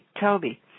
Toby